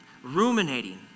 Ruminating